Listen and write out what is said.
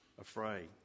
afraid